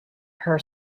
her